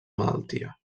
malaltia